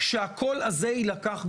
שהקול הזה יילקח בחשבון.